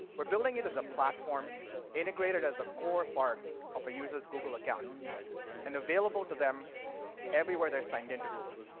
we're building it as a platform integrated as a core part of a user's google account and available to them everywhere they're signed in to google.